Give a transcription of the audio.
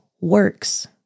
works